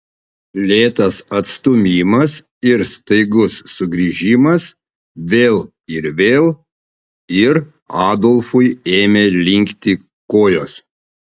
lėtas atstūmimas ir staigus sugrįžimas vėl ir vėl ir adolfui ėmė linkti kojos